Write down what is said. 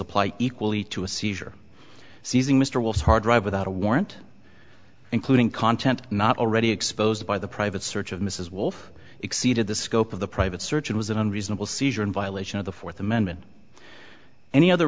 apply equally to a seizure seizing mr wells hard drive without a warrant including content not already exposed by the private search of mrs wolf exceeded the scope of the private search it was an unreasonable seizure in violation of the fourth amendment any other